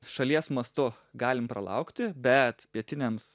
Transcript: šalies mastu galim pralaukti bet pietiniams